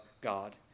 God